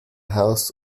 house